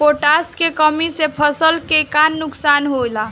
Potash के कमी से फसल के का नुकसान होला?